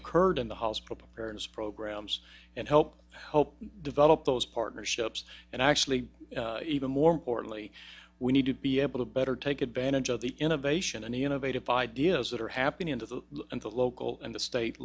occurred in the hospital parents programs and help help develop those partnerships and actually even more importantly we need to be able to better take advantage of the innovation and the innovative ideas that are happening to the local and the state